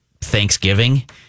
Thanksgiving